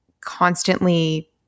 constantly